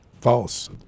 False